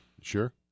Sure